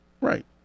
right